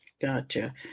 Gotcha